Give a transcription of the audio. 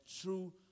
true